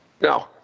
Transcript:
No